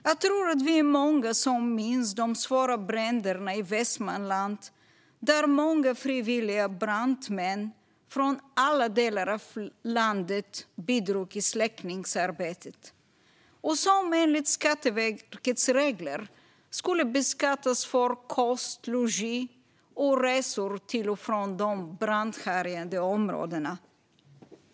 Jag tror att vi är många som minns de svåra bränderna i Västmanland, där många frivilliga brandmän från alla delar av landet bidrog i släckningsarbetet och som enligt Skatteverkets regler skulle beskattas för kost, logi och resor till och från de brandhärjade områdena.